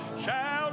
shout